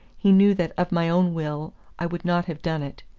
he knew that of my own will i would not have done it.